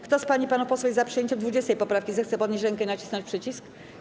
Kto z pań i panów posłów jest za przyjęciem 20. poprawki, zechce podnieść rękę i nacisnąć przycisk.